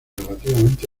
relativamente